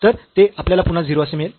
तर ते आपल्याला पुन्हा 0 असे मिळेल